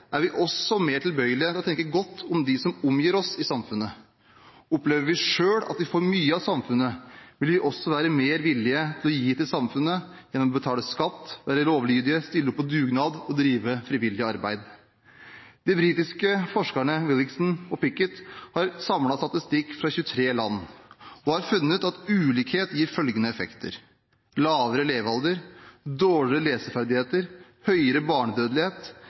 er vi også mer tilbøyelige til å tenke godt om dem som omgir oss i samfunnet. Opplever vi selv at vi får mye av samfunnet, vil vi også være mer villig til å gi til samfunnet gjennom å betale skatt, være lovlydige, stille på dugnad og drive frivillig arbeid. De britiske forskerne Wilkinson og Pickett har samlet statistikk fra 23 land og funnet at ulikhet gir følgende effekter: lavere levealder, dårligere leseferdigheter, høyere barnedødelighet,